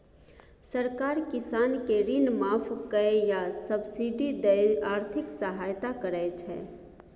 सरकार किसान केँ ऋण माफ कए या सब्सिडी दए आर्थिक सहायता करै छै